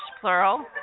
Plural